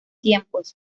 tiempos